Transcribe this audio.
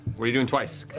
are you doing, twice,